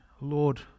Lord